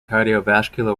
cardiovascular